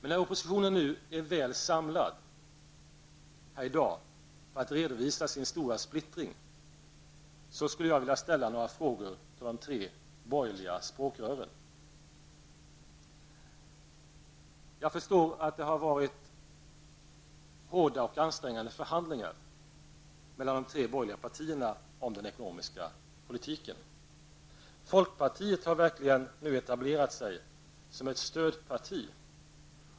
När oppositionen nu är väl samlad här i dag för att redovisa sin stora splittring skulle jag vilja ställa några frågor till de tre borgerliga språkrören. Jag förstår att det har varit hårda och ansträngande förhandlingar mellan de tre borgerliga partierna om den ekonomiska politiken. Folkpartiet har nu verkligen etablerat sig som ett stödparti.